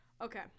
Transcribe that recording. Okay